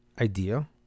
idea